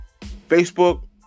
Facebook